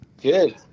Good